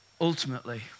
Ultimately